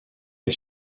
est